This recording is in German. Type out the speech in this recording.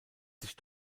sich